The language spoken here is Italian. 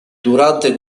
durante